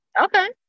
Okay